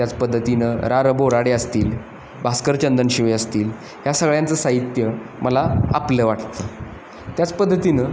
त्याच पद्धतीनं रा रं बोराडे असतील भास्कर चंदनशिवे असतील ह्या सगळ्यांचं साहित्य मला आपलं वाटतं त्याच पद्धतीनं